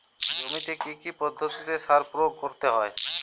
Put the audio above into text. জমিতে কী কী পদ্ধতিতে সার প্রয়োগ করতে হয়?